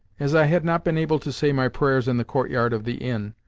as i had not been able to say my prayers in the courtyard of the inn,